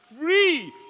free